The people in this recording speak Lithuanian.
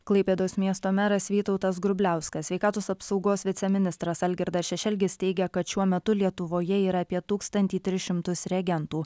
klaipėdos miesto meras vytautas grubliauskas sveikatos apsaugos viceministras algirdas šešelgis teigia kad šiuo metu lietuvoje yra apie tūkstantį tris šimtus reagentų